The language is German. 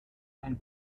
ein